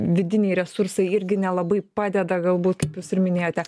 vidiniai resursai irgi nelabai padeda galbūt kaip jūs ir minėjote